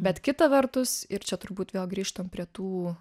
bet kita vertus ir čia turbūt vėl grįžtam prie tų